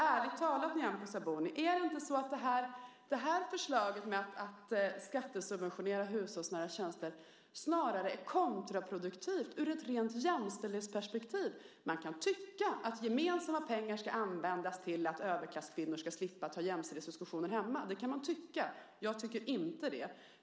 Ärligt talat, Nyamko Sabuni: Är det inte så att det här förslaget att skattesubventionera hushållsnära tjänster snarare är kontraproduktivt ur ett rent jämställdhetsperspektiv? Man kan tycka att gemensamma pengar ska användas till att överklasskvinnor ska slippa ta jämställdhetsdiskussionen hemma. Jag tycker inte det.